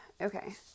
Okay